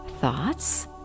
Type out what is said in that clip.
thoughts